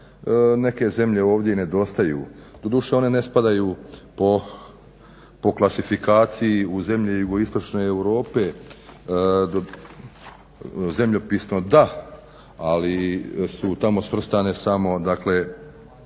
neke zemlje ovdje nedostaju. Doduše one ne spadaju po klasifikaciji u zemlje JI Europe, zemljopisno da ali su tamo svrstane samo od